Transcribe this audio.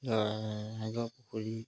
জয়সাগৰ পুখুৰী